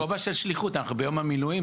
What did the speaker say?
בכובע של שליחות, אנחנו ביום המילואים.